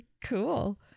Cool